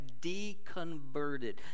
deconverted